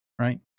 right